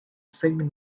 sallie